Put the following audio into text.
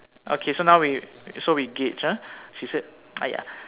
okay so now we so we gauge ah she said !aiya!